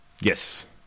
Yes